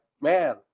man